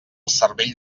cervell